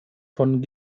von